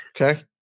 Okay